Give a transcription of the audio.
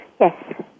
Yes